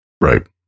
right